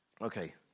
Okay